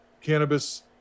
cannabis